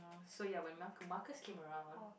so ya when mar~ markers came around